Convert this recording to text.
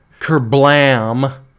Kerblam